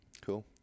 cool